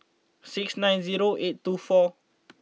six nine zero eight two four